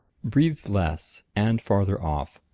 breathe less, and farther off!